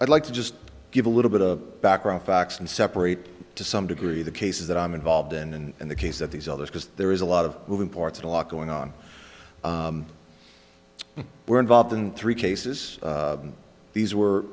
i'd like to just give a little bit of background facts and separate to some degree the cases that i'm involved in and in the case of these others because there is a lot of moving parts and a lot going on were involved in three cases these were